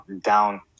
down